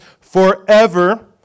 forever